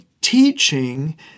teaching